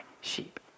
sheep